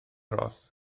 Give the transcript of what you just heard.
ros